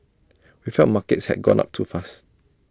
we felt markets had gone up too fast